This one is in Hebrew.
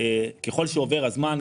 ככל שעובר הזמן,